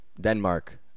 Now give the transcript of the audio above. Denmark